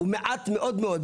הוא מעט מאוד מאוד.